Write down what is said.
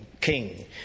king